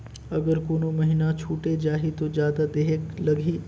अगर कोनो महीना छुटे जाही तो जादा देहेक लगही?